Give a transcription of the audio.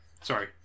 Sorry